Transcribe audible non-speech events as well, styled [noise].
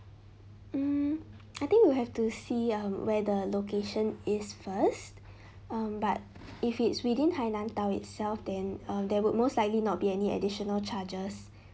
mm I think we have to see um where the location is first [breath] um but if it's within hainan dao itself then uh they would most likely not be any additional charges [breath]